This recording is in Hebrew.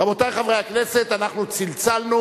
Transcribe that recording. רבותי חברי הכנסת, אנחנו צלצלנו,